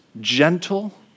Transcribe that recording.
gentle